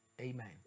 Amen